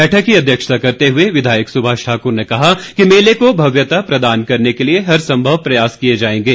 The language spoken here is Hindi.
बैठक की अध्यक्षता करते हुए विधायक सुभाष ठाकुर ने कहा कि मेले को भव्यता प्रदान करने के लिए हर संभव प्रयास किए जाएंगे